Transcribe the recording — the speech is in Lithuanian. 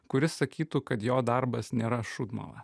kuris sakytų kad jo darbas nėra šūdmala